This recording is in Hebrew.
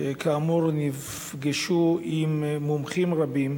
שכאמור נפגש עם מומחים רבים